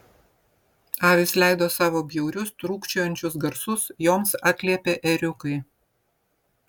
avys leido savo bjaurius trūkčiojančius garsus joms atliepė ėriukai